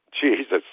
Jesus